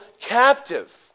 captive